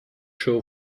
show